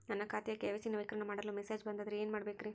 ನನ್ನ ಖಾತೆಯ ಕೆ.ವೈ.ಸಿ ನವೇಕರಣ ಮಾಡಲು ಮೆಸೇಜ್ ಬಂದದ್ರಿ ಏನ್ ಮಾಡ್ಬೇಕ್ರಿ?